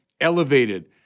elevated